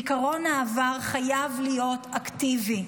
זיכרון העבר חייב להיות אקטיבי.